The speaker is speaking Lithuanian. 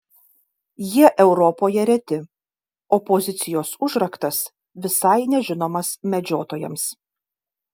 jie europoje reti o pozicijos užraktas visai nežinomas medžiotojams